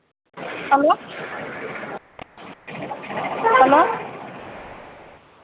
hello hello